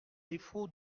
défaut